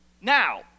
Now